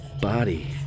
body